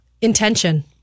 intention